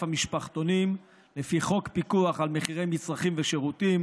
המשפחתונים לפי חוק פיקוח על מחירי מצרכים ושירותים,